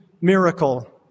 miracle